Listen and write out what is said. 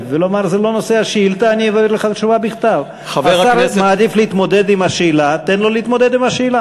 אני מדבר עם חבר הכנסת לוין.